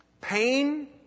pain